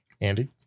Andy